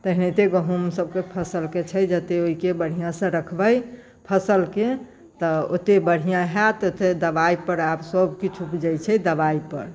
तेनाहिते गहूँम सभकेँ फसलके छै जतेक ओहिके बढ़िआँ से रखबै फसलके तऽ ओतेक बढ़िआँ होयत ओतेक दवाइ पर आब सभ किछु उपजैत छै दवाइ पर